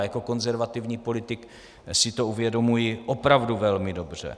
Jako konzervativní politik si to uvědomuji opravdu velmi dobře.